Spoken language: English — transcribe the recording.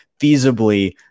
feasibly